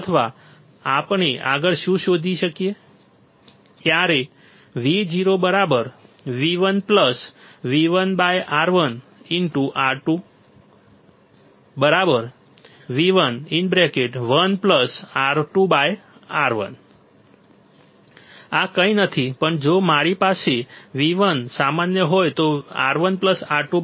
અથવા આપણે આગળ શું શોધી શકીએ ક્યારે V0V1V1R1 R2V11R2R1 આ કંઈ નથી પણ જો મારી પાસે V1 સામાન્ય હોય તો 1 R2 R1